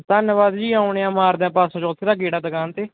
ਧੰਨਵਾਦ ਜੀ ਆਉਣੇ ਹਾਂ ਮਾਰਦੇ ਹਾਂ ਪਰਸੋਂ ਚੌਥੇ ਤੱਕ ਗੇੜਾ ਦੁਕਾਨ 'ਤੇ